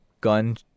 gun